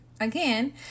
again